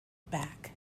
back